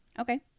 Okay